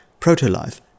protolife